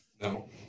No